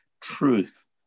truth